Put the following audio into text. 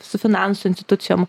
su finansų institucijom